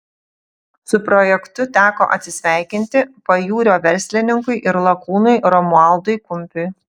su projektu teko atsisveikinti pajūrio verslininkui ir lakūnui romualdui kumpiui